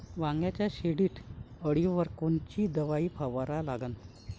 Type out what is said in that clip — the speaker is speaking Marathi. वांग्याच्या शेंडी अळीवर कोनची दवाई फवारा लागन?